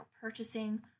purchasing